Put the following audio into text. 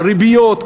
ריביות,